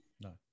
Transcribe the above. No